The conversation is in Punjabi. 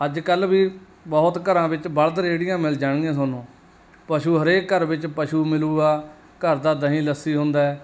ਅੱਜ ਕੱਲ੍ਹ ਵੀ ਬਹੁਤ ਘਰਾਂ ਵਿੱਚ ਬਲਦ ਰੇੜੀਆਂ ਮਿਲ ਜਾਣਗੀਆਂ ਤੁਹਾਨੂੰ ਪਸ਼ੂ ਹਰੇਕ ਘਰ ਵਿੱਚ ਪਸ਼ੂ ਮਿਲੂਗਾ ਘਰ ਦਾ ਦਹੀਂ ਲੱਸੀ ਹੁੰਦਾ